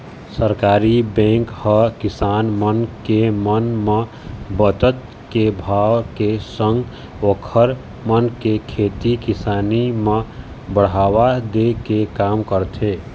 सहकारी बेंक ह किसान मन के मन म बचत के भाव के संग ओखर मन के खेती किसानी म बढ़ावा दे के काम करथे